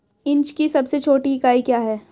Inch की सबसे छोटी इकाई क्या है?